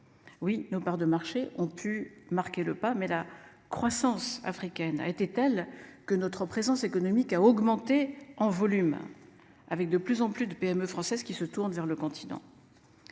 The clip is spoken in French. Oui, nos parts de marché ont pu marquer le pas. Mais la croissance africaine a été telle que notre présence économique a augmenté en volume avec de plus en plus de PME françaises qui se tournent vers le continent.